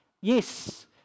Yes